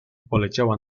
poleciała